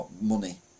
money